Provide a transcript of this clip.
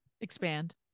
Expand